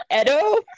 Edo